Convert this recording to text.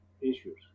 issues